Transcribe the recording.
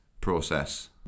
Process